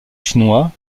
chinois